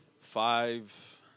Five